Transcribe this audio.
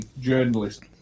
journalist